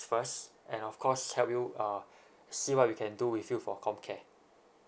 first and of course help you uh see what we can do with you for comcare